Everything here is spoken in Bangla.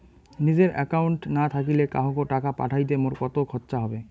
নিজের একাউন্ট না থাকিলে কাহকো টাকা পাঠাইতে মোর কতো খরচা হবে?